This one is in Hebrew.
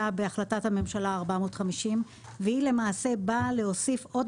בהחלטת הממשלה 450 והיא למעשה באה להוסיף עוד